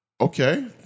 Okay